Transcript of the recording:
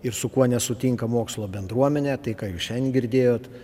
ir su kuo nesutinka mokslo bendruomenė tai ką jūs šiandien girdėjot